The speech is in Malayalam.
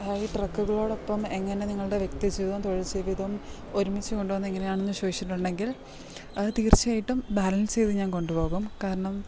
ഹൈ ട്രക്കുകളോടൊപ്പം എങ്ങനെ നിങ്ങളുടെ വ്യക്തി ജവിതം തൊഴിൽ ജീവിതം ഒരുമിച്ച് കൊണ്ടുപോവുന്നത് എങ്ങനെയാണെന്ന് ചോദിച്ചിട്ടുണ്ടെങ്കിൽ അത് തീർച്ചയായിട്ടും ബാലൻസ് ചെയ്ത് ഞാൻ കൊണ്ടുപോകും കാരണം